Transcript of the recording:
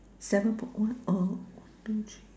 seven book what uh one two three